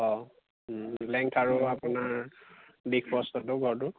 অঁ লেংথ আৰু আপোনাৰ দীঘ প্ৰস্থটো ঘৰটোৰ